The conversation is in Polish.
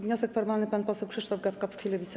Wniosek formalny, pan poseł Krzysztof Gawkowski, Lewica.